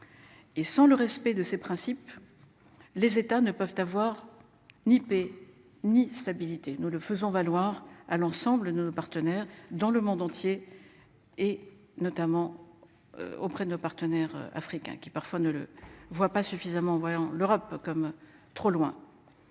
Et sans le respect de ces principes. Les États ne peuvent avoir. Ni paix ni stabilité, nous le faisons valoir à l'ensemble de nos partenaires dans le monde entier. Et notamment. Auprès de nos partenaires africains qui parfois ne le voit pas suffisamment voyant l'Europe comme trop loin.